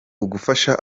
ugufasha